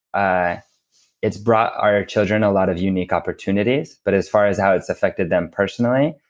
ah it's brought our children a lot of unique opportunities. but as far as how it's affected them personally,